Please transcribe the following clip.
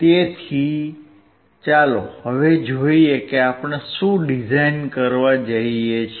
તેથી ચાલો હવે જોઈએ કે આપણે શું ડિઝાઇન કરવા માંગીએ છીએ